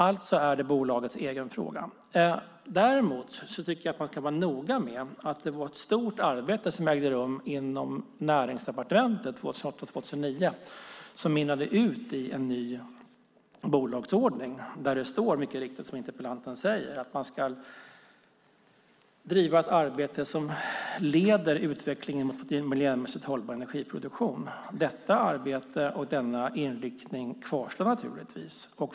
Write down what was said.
Alltså är det bolagets egen fråga. Ett stort arbete ägde rum inom Näringsdepartementet 2008-2009 som mynnade ut i en ny bolagsordning. Där står, som interpellanten mycket riktigt säger, att man ska driva ett arbete som leder utvecklingen mot miljömässigt hållbar energiproduktion. Detta arbete och denna inriktning kvarstår givetvis.